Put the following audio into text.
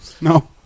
No